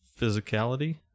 physicality